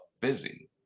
busy